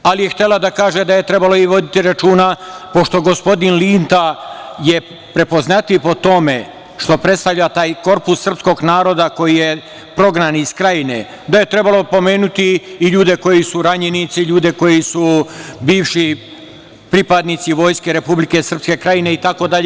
Ona je htela da kaže da je trebalo voditi računa, pošto gospodin Linta je prepoznatljiv po tome što predstavlja taj korpus srpskog naroda koji je prognan iz Krajine, da je trebalo pomenuti i ljude koji su ranjenici i ljude koji su bivši pripadnici Vojske Republike Srpske Krajine itd.